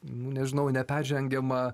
nu nežinau neperžengiamą